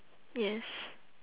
yes